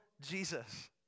jesus